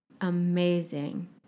amazing